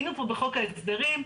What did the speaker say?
היינו פה בחוק ההסדרים,